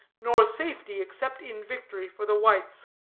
nor safety, except in victory, for the whites.